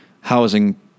housing